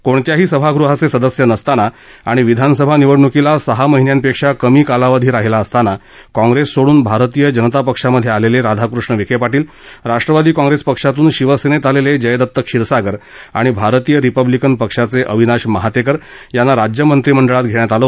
कोणत्याही सभागृहाचे सदस्य नसताना आणि विधानसभा निवडणुकीला सहा महिन्यांपेक्षा कमी कालावधी राहिला असताना काँग्रेस पक्ष सोडून भारतीय जनता पक्षात आलेले राधाकृष्ण विखे पाटील राष्ट्रवादी काँग्रेस पक्षातून शिवसेनेत आलेले जयदत्त क्षीरसागर आणि भारतीय रिपब्लिकन पक्षाचे अविनाश महातेकर यांना राज्य मंत्रिमंडळात घेण्यात आलं